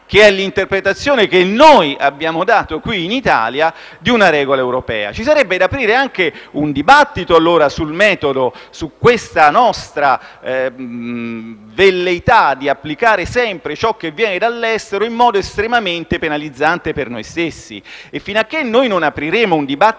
che è l'interpretazione data qui in Italia di una regola europea. Ci sarebbe quindi da aprire anche un dibattito sul metodo, su questa nostra velleità di applicare sempre ciò che viene dall'estero in modo estremamente penalizzante per noi stessi. Fino a che noi non apriremo un dibattito